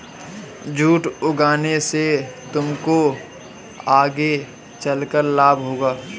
jute उगाने से तुमको आगे चलकर लाभ होगा